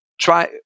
Try